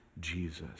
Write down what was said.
Jesus